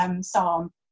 psalm